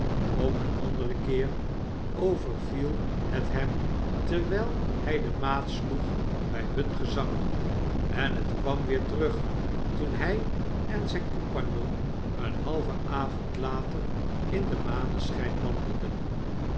op een anderen keer overviel het hem terwyl hg de maat sloeg by hungezang en het kwam weer terug toen hij en zp compagnon een halven avond later in den maneschgn wandelden